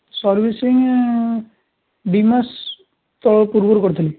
servicing ଦୁଇମାସ ତଳ ପୂର୍ବରୁ କରିଥିଲି